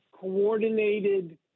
coordinated